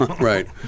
Right